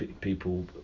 people